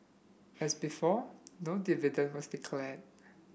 as before no dividend was declared